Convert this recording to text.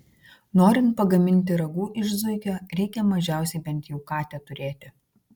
norint pagaminti ragu iš zuikio reikia mažiausiai bent jau katę turėti